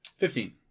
Fifteen